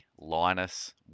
linus